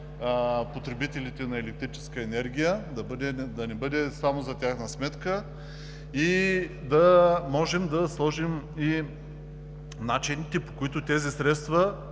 потребителите на електрическата енергия – да не бъде само за тяхна сметка, а да можем да определим и начините, по които тези средства